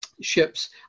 ships